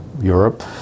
Europe